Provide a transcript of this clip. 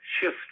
shift